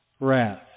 wrath